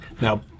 Now